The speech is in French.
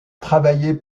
travailler